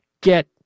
Get